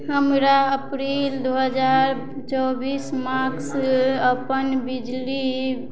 हमरा अप्रैल दुइ हजार चौबिस मासके अपन बिजली